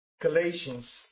Galatians